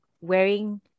wearing